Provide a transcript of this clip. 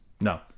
No